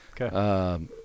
Okay